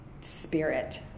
spirit